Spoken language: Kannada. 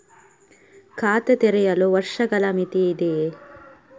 ಖಾತೆ ತೆರೆಯಲು ವರ್ಷಗಳ ಮಿತಿ ಇದೆಯೇ?